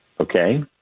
Okay